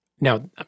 Now